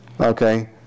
Okay